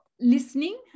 Listening